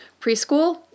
preschool